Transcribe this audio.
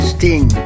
Sting